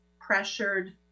pressured